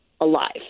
alive